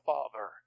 Father